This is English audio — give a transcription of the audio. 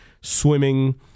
swimming